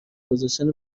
گذاشتن